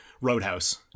Roadhouse